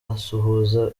asuhuza